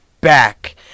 back